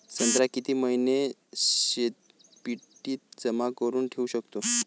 संत्रा किती महिने शीतपेटीत जमा करुन ठेऊ शकतो?